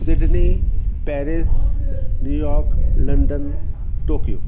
Sydney Paris New York London Tokyo